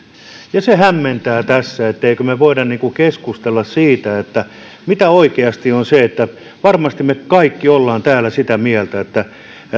ja se hämmentää tässä emmekö me voi keskustella siitä mitä oikeasti on se varmasti me kaikki olemme täällä sitä mieltä että